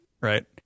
right